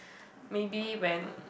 maybe when